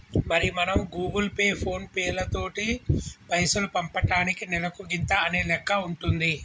మరి మనం Google Pay ఫోన్ పేలతోటి పైసలు పంపటానికి నెలకు గింత అనే లెక్క ఉంటుంది